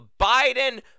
Biden